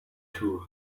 two